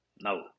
No